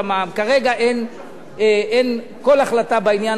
כרגע אין כל החלטה בעניין הזה.